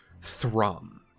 thrum